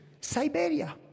Siberia